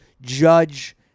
judge